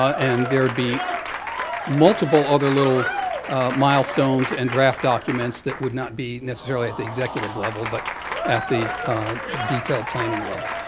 and there would be multiple other little milestones and draft documents that would not be necessarily at the executive level, but at the detailed planning level.